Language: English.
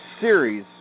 series